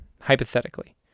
hypothetically